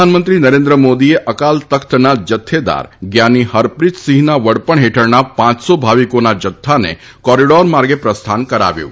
પ્રધાનમંત્રી નરેન્દ્ર મોદીએ અકાલ તખ્તના જથ્થેદાર ગ્યાની હરપ્રિતસિંહના વડપણ હેઠળના પાંચસો ભાવિકોના જથ્થાને કોરીડોર માર્ગે પ્રસ્થાન કરાવ્યું હતું